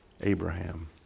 Abraham